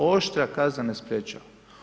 Oštra kazna ne sprječava.